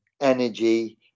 energy